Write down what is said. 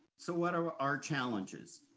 so what are our challenges?